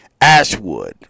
ashwood